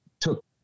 took